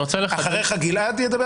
אחריך גלעד ידבר